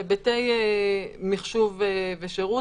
בהיבטי מחשוב ושירות,